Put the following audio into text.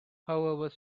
however